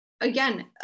again